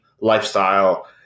lifestyle